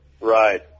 Right